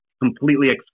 completely